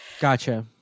Gotcha